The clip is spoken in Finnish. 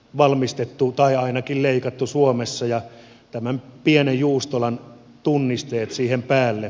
valmistettu tai ainakin leikattu suomessa ja tämän pienen juustolan tunnisteet siihen päälle